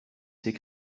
ces